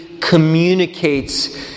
communicates